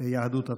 יהדות התורה.